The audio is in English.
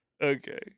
Okay